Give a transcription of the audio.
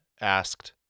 asked